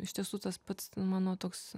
iš tiesų tas pats mano toks